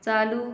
चालू